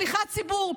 שליחת ציבור,